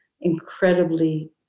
incredibly